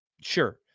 Sure